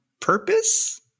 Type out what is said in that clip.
purpose